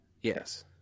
yes